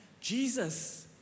Jesus